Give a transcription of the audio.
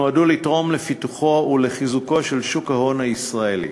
שנועדו לתרום לפיתוחו ולחיזוקו של שוק ההון הישראלי.